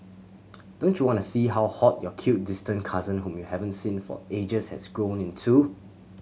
don't you wanna see how hot your cute distant cousin whom you haven't seen for ages has grown into